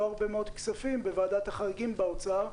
לא הרבה מאוד כספים בוועדת החריגים באוצר.